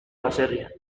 baserrian